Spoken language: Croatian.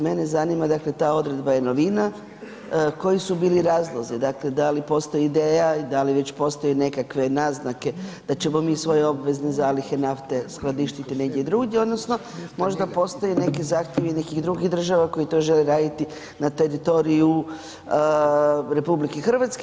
Mene zanima, dakle ta odredba je novina, koji su bili razlozi, dakle da li postoji ideja i da li već postoje i nekakve naznake da ćemo mi svoje obvezne zalihe nafte skladištiti negdje drugdje odnosno možda postoje neki zahtjevi nekih drugih država koji to žele raditi na teritoriju RH.